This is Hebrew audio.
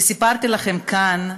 וסיפרתי לכם כאן,